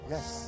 Yes